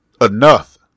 enough